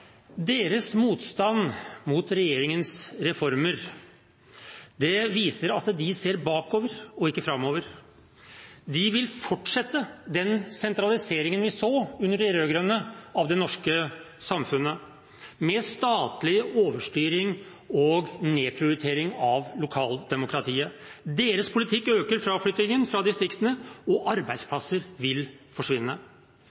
Deres motstand mot regjeringens reformer viser at de ser bakover og ikke framover. De vil fortsette den sentraliseringen av det norske samfunnet som vi så under de rød-grønne, med statlig overstyring og nedprioritering av lokaldemokratiet. Deres politikk øker fraflyttingen fra distriktene, og